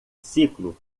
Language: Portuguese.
ciclo